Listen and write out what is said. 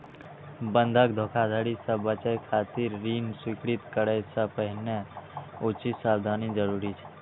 बंधक धोखाधड़ी सं बचय खातिर ऋण स्वीकृत करै सं पहिने उचित सावधानी जरूरी छै